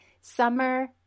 Summer